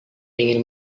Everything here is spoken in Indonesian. ingin